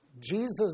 Jesus